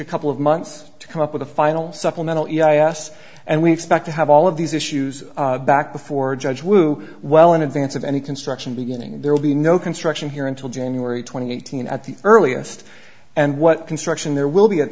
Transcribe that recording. a couple of months to come up with a final supplemental yes and we expect to have all of these issues back before judge lewis well in advance of any construction beginning and there will be no construction here until january twenty eighth at the earliest and what construction there will be at